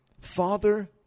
Father